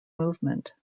movement